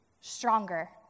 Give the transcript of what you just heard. stronger